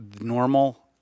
normal